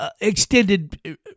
extended